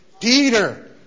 Peter